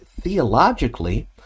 theologically